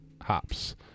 hops